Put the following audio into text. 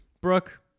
Brooke